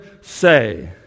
say